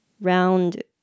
round